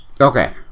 Okay